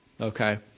Okay